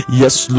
yes